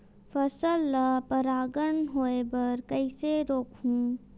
फसल ल परागण होय बर कइसे रोकहु?